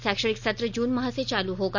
शैक्षणिक सत्र जुन माह से चाल होगा